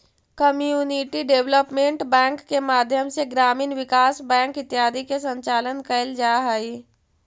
community development bank के माध्यम से ग्रामीण विकास बैंक इत्यादि के संचालन कैल जा हइ